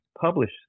publish